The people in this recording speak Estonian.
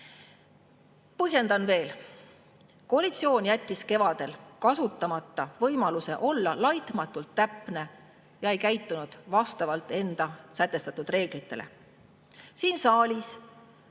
parandama. Põhjendan veel. Koalitsioon jättis kevadel kasutamata võimaluse olla laitmatult täpne, ei käitunud vastavalt enda sätestatud reeglitele. Siin saalis